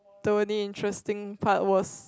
the only interesting part was